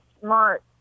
smart